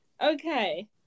Okay